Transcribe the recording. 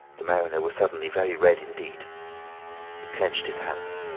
the mariner was suddenly very red indeed he clenched his hands.